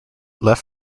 left